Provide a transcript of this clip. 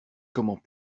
comment